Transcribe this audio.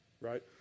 right